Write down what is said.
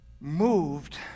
Moved